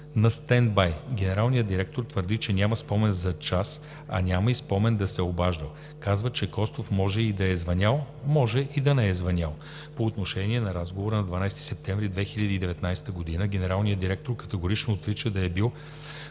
на стендбай“, генералният директор твърди, че няма спомен за час, а няма и спомен да се е обаждал, казва, че господин Костов може и да е звънял, може и да не е звънял. По отношение на разговора на 12 септември 2019 г. генералният директор категорично отрича да е бил